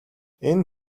энэ